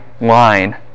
line